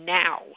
now